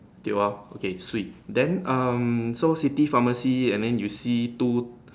tio ah okay Swee then um so city pharmacy and then you see two